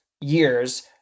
years